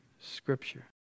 Scripture